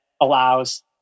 allows